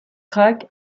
track